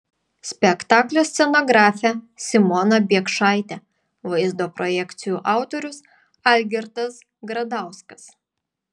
spektaklio scenografė simona biekšaitė vaizdo projekcijų autorius algirdas gradauskas